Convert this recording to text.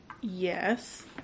yes